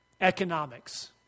economics